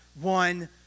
one